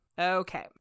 Okay